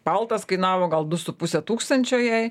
paltas kainavo gal du su puse tūkstančio jai